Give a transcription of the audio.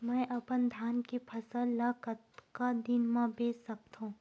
मैं अपन धान के फसल ल कतका दिन म बेच सकथो?